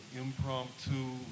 impromptu